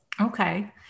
Okay